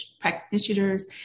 practitioners